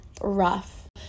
rough